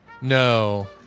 No